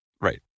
Right